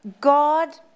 God